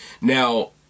Now